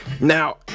now